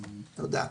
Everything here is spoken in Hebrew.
תודה.